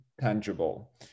tangible